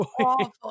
awful